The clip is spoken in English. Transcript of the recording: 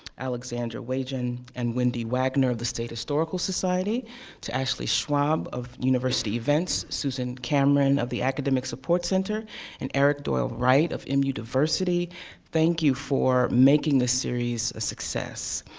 alexandra waetjen, and wendy wagner of the state historical society to ashley schwab of university events susan camren of the academic support center and eric doyle wright of um mu diversity thank you for making the series a success.